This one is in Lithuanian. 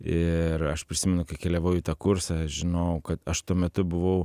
ir aš prisimenu kai keliavau į tą kursą žinojau kad aš tuo metu buvau